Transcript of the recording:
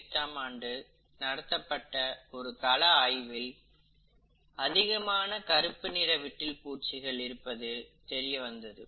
1848 ஆம் ஆண்டு நடத்தப்பட்ட ஒரு கள ஆய்வில் அதிகமான கருப்பு நிற விட்டில் பூச்சிகள் இருப்பது தெரியவந்தது